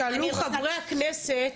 שאלו חברי הכנסת,